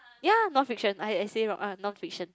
ya non fiction I I say wrong ah non fiction